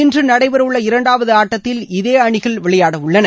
இன்று நடைபெறவுள்ள இரண்டாவது ஆட்டத்தில் இதே அணிகள் விளையாடவுள்ளன